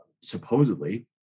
supposedly